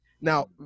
Now